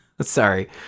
sorry